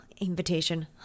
invitation